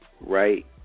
right